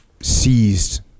seized